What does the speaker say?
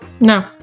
no